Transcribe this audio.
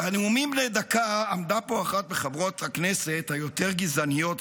בנאומים בני דקה עמדה פה אחת מחברות הכנסת היותר-גזעניות,